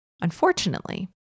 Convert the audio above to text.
Unfortunately